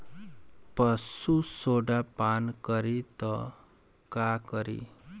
पशु सोडा पान करी त का करी?